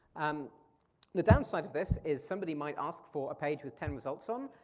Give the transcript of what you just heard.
um the downside of this is somebody might ask for a page with ten results on.